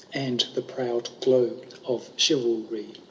and the proud glow of chivalry,